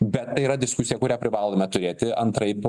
bet tai yra diskusija kurią privalome turėti antraip